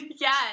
yes